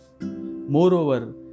moreover